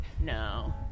No